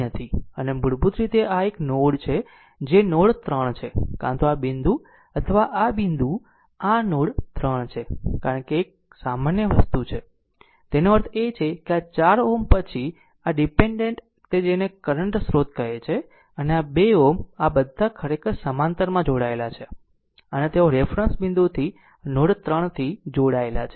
આમ મૂળભૂત રીતે આ આ એક નોડ છે જે નોડ 3 છે કાં તો આ આ બિંદુ અથવા આ બિંદુ આ નોડ 3 છે કારણ કે તે એક સામાન્ય વસ્તુ છે તેનો અર્થ એ કે આ 4 Ω પછી આ ડીપેન્ડેન્ટ તે જેને કરંટ સ્રોત કહે છે અને આ 2 Ω બધા ખરેખર સમાંતરમાં જોડાયેલા છે અને તેઓ રેફરન્સ બિંદુથી નોડ 3 થી જોડાયેલા છે